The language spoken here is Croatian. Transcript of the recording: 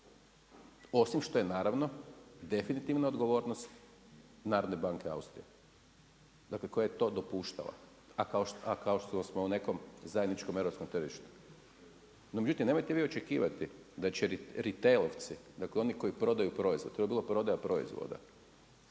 osim što je naravno definitivna odgovornost Narodne banke Austrije dakle, koja je to dopuštala. A kao što smo u nekom zajedničkom europskom tržištu. Međutim, nemojte vi očekivati da će ritelovci, dakle oni koji prodaju proizvod, to je bila prodaja proizvoda